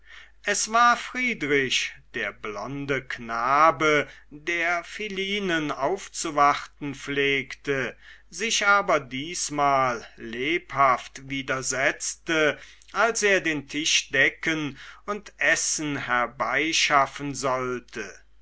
es war friedrich der blonde knabe der philinen aufzuwarten pflegte sich aber diesmal lebhaft widersetzte als er den tisch decken und essen herbeischaffen sollte